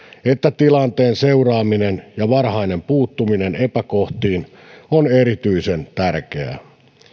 että tilanteen seuraaminen ja varhainen puuttuminen epäkohtiin on erityisen tärkeää